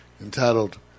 entitled